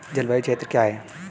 जलवायु क्षेत्र क्या है?